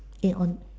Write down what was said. eh on